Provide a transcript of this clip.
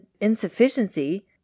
insufficiency